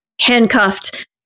handcuffed